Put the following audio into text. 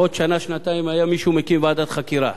בעוד שנה-שנתיים היה מישהו מקים ועדת חקירה.